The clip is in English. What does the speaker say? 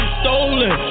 stolen